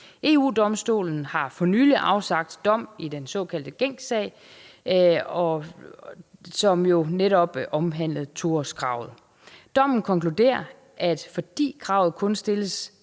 EU-Domstolen har for nylig afsagt dom i den såkaldte Gencsag, som netop omhandlede 2-årskravet. Dommen konkluderer, at fordi kravet kun stilles